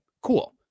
cool